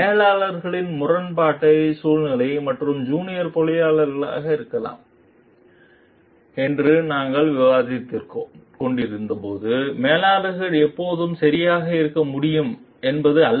மேலாளர்களின் முரண்பட்ட சூழ்நிலைகள் மற்றும் ஜூனியர் பொறியியலாளராக இருக்கலாம் என்று நாங்கள் விவாதித்துக்கொண்டிருந்தபோது மேலாளர் எப்போதுமே சரியாக இருக்க முடியும் என்பது அல்ல